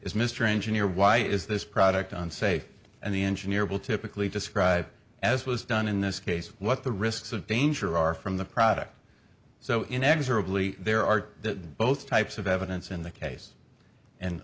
is mr engineer why is this product on say and the engineer will typically describe as was done in this case what the risks of danger are from the product so inexorably there are both types of evidence in the case and